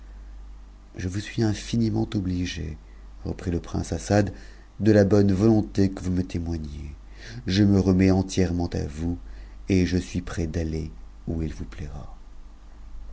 je vous suis infiniment obligé reprit le prince assad de la ijo volonté que vous me témoignez je me remets entièrement à vous et j suis prêt d'aller où il vous plaira